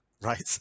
right